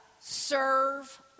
serve